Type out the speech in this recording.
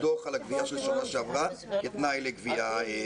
דוח על הגבייה של שנה שעברה כתנאי לגבייה.